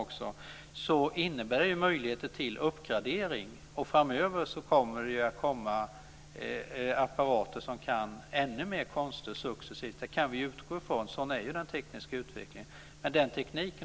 Det innebär möjligheter till uppgradering. Framöver kommer det successivt apparater som kan ännu fler konster. Det kan vi utgå från. Sådan är ju den tekniska utvecklingen.